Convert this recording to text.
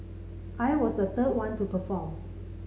I was the third one to perform